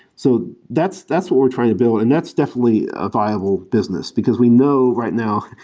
so that's that's what we're trying to build, and that's definitely a viable business, because we know right now,